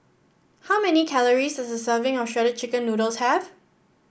how many calories does a serving of Shredded Chicken Noodles have